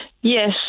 Yes